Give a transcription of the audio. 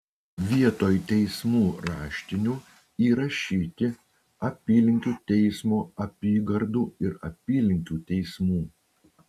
vietoj teismų raštinių įrašyti apylinkių teismo apygardų ir apylinkių teismų